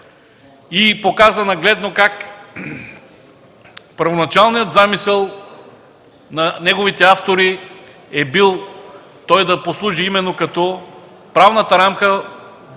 и показа нагледно как първоначалният замисъл на неговите автори е бил той да послужи именно като правната рамка, в която те